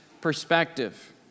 perspective